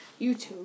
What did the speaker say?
YouTube